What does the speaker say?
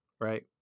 Right